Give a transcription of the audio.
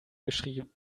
geschrieben